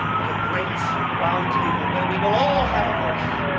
at a great round table where we will all have a voice.